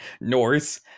Norse